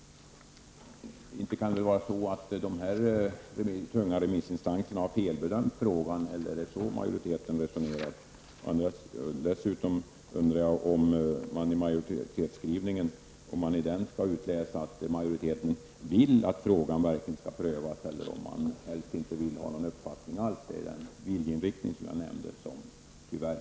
Inte kan det vara så att dessa tunga remissinstanser felbedömt frågan? Eller är det så majoriteten resonerar? Skall man i majoritetsskrivningen utläsa att majoriteten vill att frågan inte skall prövas eller att man inte vill ha någon uppfattning alls? En viljeinriktning saknas tyvärr